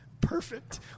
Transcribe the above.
perfect